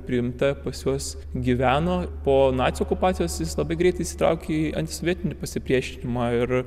priimta pas juos gyveno po nacių okupacijos jis labai greit įsitraukė į antisovietinį pasipriešinimą ir